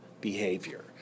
behavior